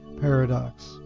Paradox